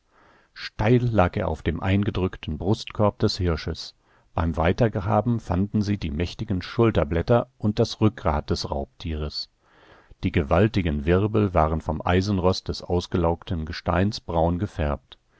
steil lag er auf dem eingedrückten brustkorb des hirsches beim weitergraben fanden sie die mächtigen schulterblätter und das rückgrat des raubtieres die gewaltigen wirbel waren vom eisenrost des ausgelaugten gesteins braun gefärbt